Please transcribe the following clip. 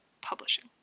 publishing